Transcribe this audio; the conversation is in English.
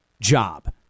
job